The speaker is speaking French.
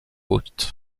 hôte